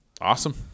awesome